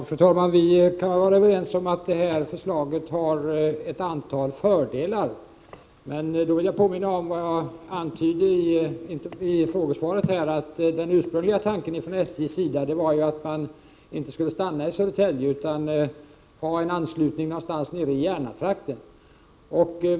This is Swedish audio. Fru talman! Vi kan vara överens om att det här förslaget har ett antal fördelar. Men samtidigt vill jag påminna om vad jag antydde i mitt frågesvar, nämligen att den ursprungliga tanken hos SJ var att tåget inte skulle stanna i Södertälje. I stället skulle det vara en anslutning i trakten av Järna.